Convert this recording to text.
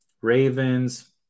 Ravens